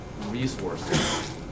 resources